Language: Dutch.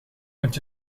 moet